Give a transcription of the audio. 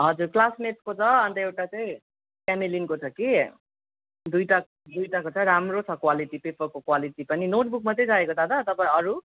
हजुर क्लासमेटको छ अन्त एउटा चाहिँ क्यामेलिनको छ कि दुइटा दुइटाको छ राम्रो छ क्वालिटी पेपरको क्वालिटी पनि नोटबुक मात्रै चाहिएको दादा तपाईँलाई अरू